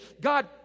God